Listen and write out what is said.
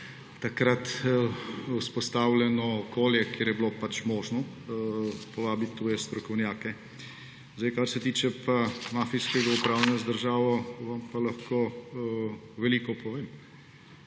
takrat vzpostavljeno okolje, kjer je bilo možno povabiti tuje strokovnjake. Kar se pa tiče mafijskega upravljanja z državo vam lahko veliko povem,